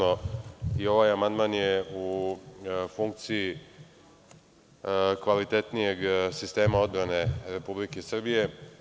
I ovaj amandman je u funkciji kvalitetnijeg sistema odbrane Republike Srbije.